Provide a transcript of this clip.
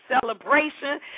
celebration